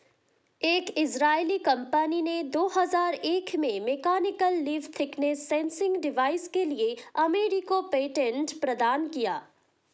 एक इजरायली कंपनी ने दो हजार एक में mechanical leaf thickness sensing device के लिए अमेरिकी पेटेंट प्रदान किया